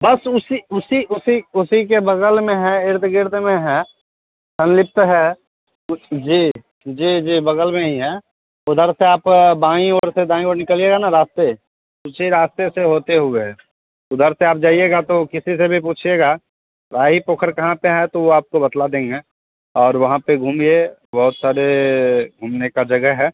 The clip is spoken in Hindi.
बस उसी उसी उसी उसी के बग़ल में है इर्द गिर्द में है सम्निप्त है जी जी जी बग़ल में ही हैं उधर से आप बाईं ओर से दाईं ओर निकलिएगा ना रास्ता उसी रास्ते से होते हुए है उधर से आप जाइएगा तो किसी से भी पूछिएगा भाई पोखर कहाँ पर है तो वो आपको बतला देंगे और वहाँ पर घूमिए बहुत सारे घूमने की जगह है